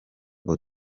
ngo